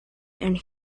and